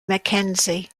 mckenzie